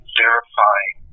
verifying